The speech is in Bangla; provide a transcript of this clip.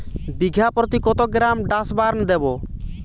বিঘাপ্রতি কত গ্রাম ডাসবার্ন দেবো?